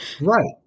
Right